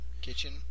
Kitchen